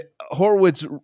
Horowitz